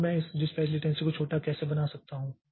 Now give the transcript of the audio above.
तो मैं इस डिस्पैच लेटेंसी को छोटा कैसे बना सकता हूं